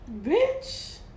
bitch